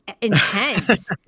intense